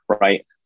Right